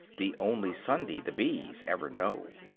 the only sunday the bees ever know.